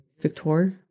Victoria